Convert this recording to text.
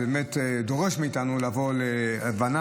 זה באמת דורש מאיתנו לבוא להבנה.